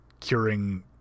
curing